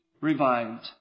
revived